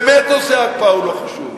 באמת נושא ההקפאה הוא לא חשוב.